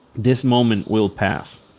this moment will pass,